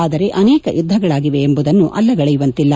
ಆದರೆ ಅನೇಕ ಯುದ್ದಗಳಾಗಿವೆ ಎಂಬುದನ್ನು ಅಲ್ಲಗೆಳೆಯುವಂತಿಲ್ಲ